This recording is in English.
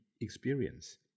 experience